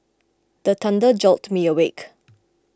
the thunder jolt me awake